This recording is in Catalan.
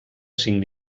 cinc